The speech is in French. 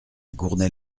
gournay